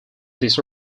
these